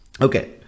Okay